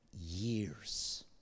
years